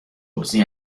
بازی